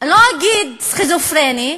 אני לא אגיד הסכיזופרני,